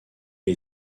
est